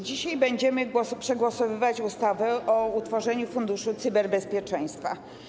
Dzisiaj będziemy głosować nad ustawą o utworzeniu Funduszu Cyberbezpieczeństwa.